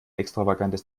extravagantes